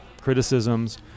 criticisms